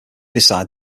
beside